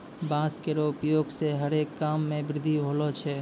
बांस केरो उपयोग सें हरे काम मे वृद्धि होलो छै